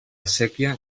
séquia